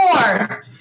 Four